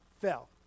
Fell